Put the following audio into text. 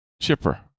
chipper